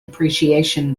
appreciation